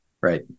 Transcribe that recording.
Right